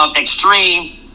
extreme